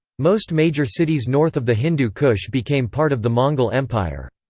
most major cities north of the hindu kush became part of the mongol empire.